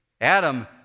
Adam